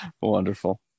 Wonderful